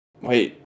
Wait